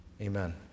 Amen